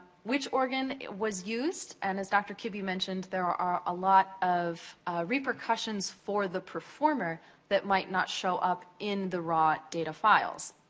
which organ was used, and as dr. kibbie mentioned, there are a lot of repercussions for the performer that might not show up in the raw data files.